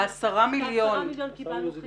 את ה-10 מיליון קיבלנו וחילקנו.